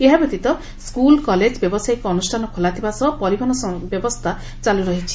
ଏହା ବ୍ୟତୀତ school college ବ୍ୟବସାୟିକ ଅନୁଷ୍ଠାନ ଖୋଲାଥିବା ସହ ପରିବହନ ବ୍ୟବସ୍କା ଚାଲୁ ରହିଛି